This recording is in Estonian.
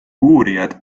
uurijad